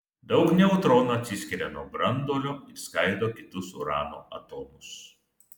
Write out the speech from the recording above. daug neutronų atsiskiria nuo branduolio ir skaido kitus urano atomus